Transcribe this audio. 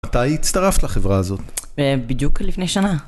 מתי הצטרפת לחברה הזאת? בדיוק לפני שנה.